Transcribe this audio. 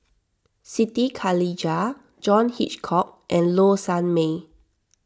Siti Khalijah John Hitchcock and Low Sanmay